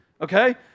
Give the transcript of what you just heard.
okay